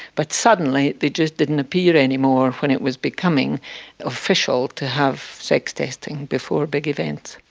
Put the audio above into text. but suddenly they just didn't appear any more when it was becoming official to have sex testing before big events.